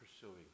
pursuing